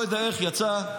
את שומעת,